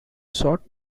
sought